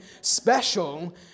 special